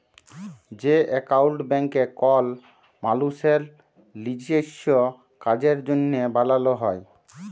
যে একাউল্ট ব্যাংকে কল মালুসের লিজস্য কাজের জ্যনহে বালাল হ্যয়